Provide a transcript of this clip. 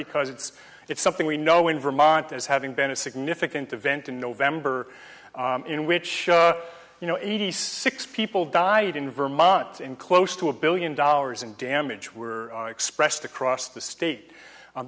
because it's it's something we know in vermont as having been a significant event in november in which you know eighty six people died in vermont and close to a billion dollars in damage were expressed across the state